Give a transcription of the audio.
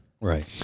Right